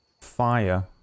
fire